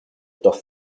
tos